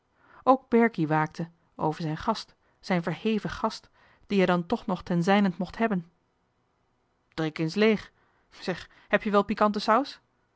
ook berkie waakte over zijn gast zijn verheven gast dien hij dan toch nog ten zijnent mocht hebben drink eens leeg zeg heb je wel pikante saus